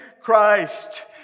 Christ